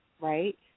right